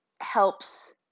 helps